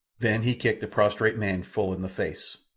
then he kicked the prostrate man full in the face.